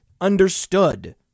Understood